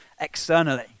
externally